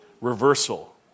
reversal